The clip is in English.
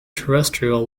terrestrial